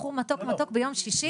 בחור מתוק מתוק ביום שישי,